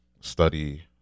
study